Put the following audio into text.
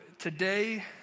Today